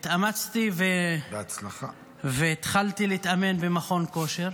התאמצתי והתחלתי להתאמן במכון כושר.